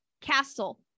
castle